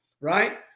right